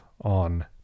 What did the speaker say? on